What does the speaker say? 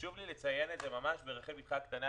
חשוב לי לציין את זה ממש ברחל בתך הקטנה,